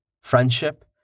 Friendship